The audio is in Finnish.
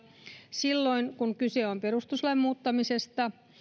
silloin kun kyse on perustuslain muuttamisesta